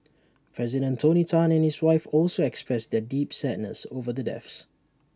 president tony Tan and his wife also expressed their deep sadness over the deaths